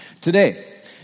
today